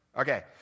Okay